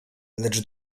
lecz